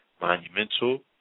Monumental